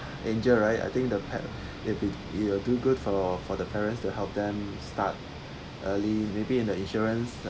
angel right I think the pa~ if if you do good for for the parents to help them start early maybe in the insurance